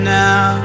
now